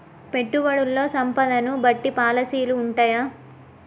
పెట్టుబడుల్లో సంపదను బట్టి పాలసీలు ఉంటయా?